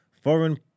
Foreign